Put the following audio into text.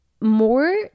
more